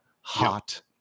hot